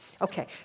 Okay